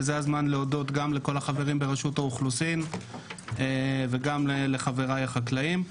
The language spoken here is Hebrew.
וזה הזמן להודות גם לכל החברים ברשות האוכלוסין וגם לחבריי החקלאים.